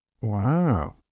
wow